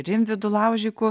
rimvydu laužiku